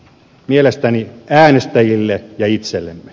mielestäni äänestäjille ja itsellemme